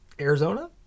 Arizona